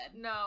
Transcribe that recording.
No